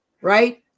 right